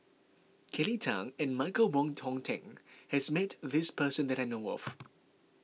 Kelly Tang and Michael Wong Hong Teng has met this person that I know of